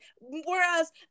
Whereas